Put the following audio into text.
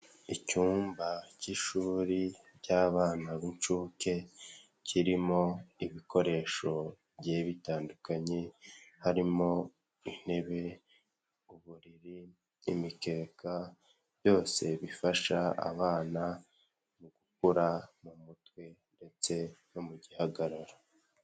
Icyumba cy'ishuri ry'abana b'incuke kirimo ibikoresho bigiye bitandukanye, harimo intebe, uburiri, imikeka, byose bifasha abana mu gukura mu mutwe ndetse no mu gihagararo.